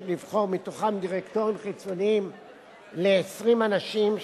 לבחור מתוכם דירקטורים חיצוניים ל-20 אנשים,